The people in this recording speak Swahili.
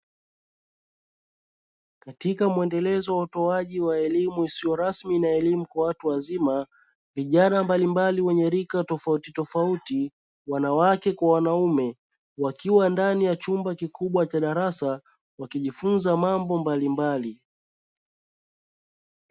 Katika muendelezo wa utoaji wa elimu isio rasmi na elimu kwa watu wazima. Vijana mbalimbali wenye rika tofauti tofauti wanawake kwa wanaume wakiwa ndani ya chumba cha darasa wakijifunza mambo mbalimbali.